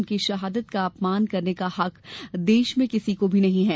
उनकी शहादत का अपमान करने का हक देश में किसी को नहीं है